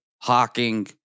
hawking